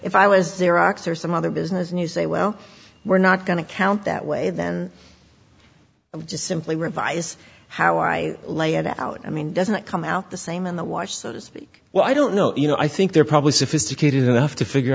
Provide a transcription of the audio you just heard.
if i was there x or some other business and you say well we're not going to count that way then i just simply revise how i lay it out i mean doesn't come out the same in the wash so to speak well i don't know you know i think they're probably sophisticated enough to figure